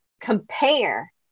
compare